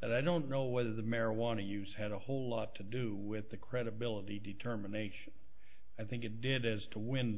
that i don't know whether the marijuana use had a whole lot to do with the credibility determination i think it did as to win